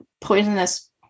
poisonous